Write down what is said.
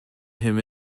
him